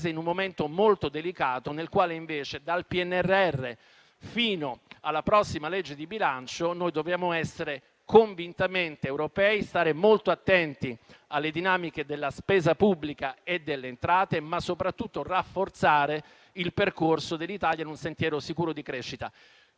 in un momento molto delicato, nel quale invece, dal PNRR fino alla prossima legge di bilancio, dobbiamo essere convintamente europei, stare molto attenti alle dinamiche della spesa pubblica e delle entrate, ma soprattutto rafforzare il percorso dell'Italia in un sentiero sicuro di crescita.